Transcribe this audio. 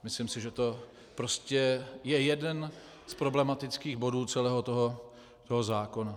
Myslím si, že to prostě je jeden z problematických bodů celého toho zákona.